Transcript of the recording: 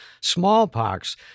smallpox